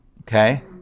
Okay